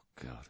God